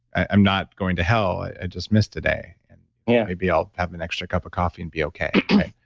i'm not going to hell. i just missed a day, and yeah maybe i'll have an extra cup of coffee and be okay.